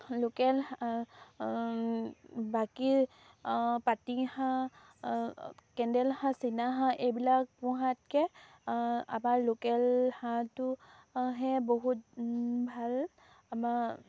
local বাকী পাতিহাঁহ কেন্দেল হাঁহ চীনাহাঁহ এইবিলাক পোহাতকৈ আমাৰ লোকেল হাঁহটোহে বহুত ভাল আমাৰ